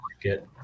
get